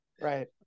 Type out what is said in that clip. Right